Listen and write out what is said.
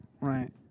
Right